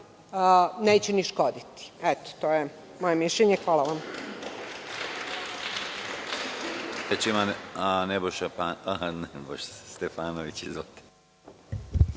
neće ni škoditi. To je moje mišljenje. Hvala.